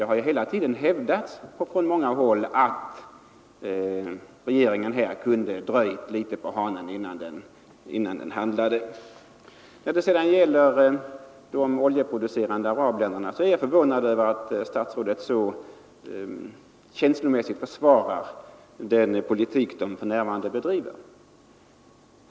Det har hela tiden hävdats från många håll att regeringen kunde ha vilat litet på hanen innan den handlade. När det sedan gäller de oljeproducerande arabländerna är jag förvånad över att statsrådet så känslomässigt försvarar den politik de för närvarande bedriver.